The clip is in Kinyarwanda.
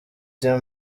tim